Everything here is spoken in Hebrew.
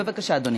בבקשה, אדוני.